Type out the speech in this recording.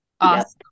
Awesome